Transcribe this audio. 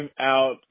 out